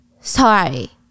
Sorry